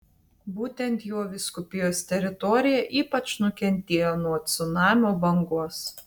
būtent jo vyskupijos teritorija ypač nukentėjo nuo cunamio bangos